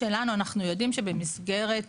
אני חושב שזה בסדר בשביל ההתחלה.